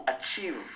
achieve